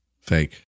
Fake